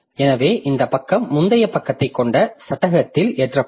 எனவே இந்த பக்கம் முந்தைய பக்கத்தைக் கொண்ட சட்டத்தில் ஏற்றப்படும்